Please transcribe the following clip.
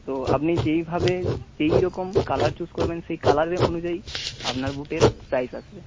তো আপনি যেইভাবে যেই রকম কালার চুজ করবেন সেই কালারের অনুযায়ী আপনার বুটের প্রাইস আসবে